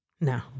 No